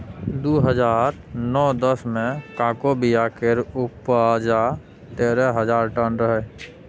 दु हजार नौ दस मे कोको बिया केर उपजा तेरह हजार टन रहै